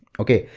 okay,